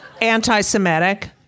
anti-Semitic